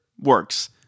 works